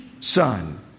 son